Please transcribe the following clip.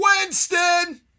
Winston